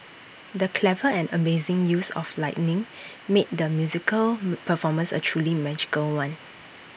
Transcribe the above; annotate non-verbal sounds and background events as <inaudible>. the clever and amazing use of lighting made the musical <unintelligible> performance A truly magical one